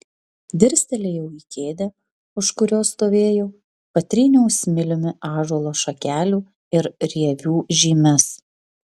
dirstelėjau į kėdę už kurios stovėjau patryniau smiliumi ąžuolo šakelių ir rievių žymes